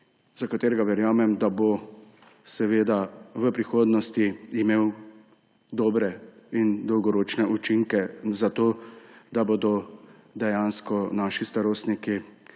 za katerega verjamem, da bo v prihodnosti imel dobre in dolgoročne učinke, da bodo dejansko lahko naši starostniki